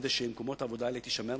כדי שמקומות העבודה האלה יישמרו?